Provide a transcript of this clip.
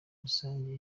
rusange